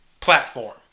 platform